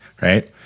Right